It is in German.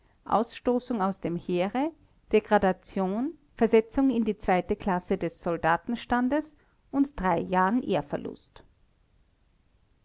ausstoßung aus dem heere degradation versetzung in die zweite klasse des soldatenstandes und drei jahren ehrverlust